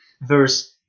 verse